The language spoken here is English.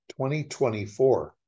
2024